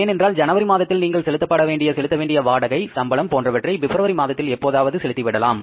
ஏனென்றால் ஜனவரி மாதத்தில் நீங்கள் செலுத்தவேண்டிய வாடகை சம்பளம் போன்றவற்றை பிப்ரவரி மாதத்தில் எப்போதாவது செலுத்தி விடலாம்